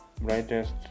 brightest